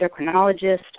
endocrinologist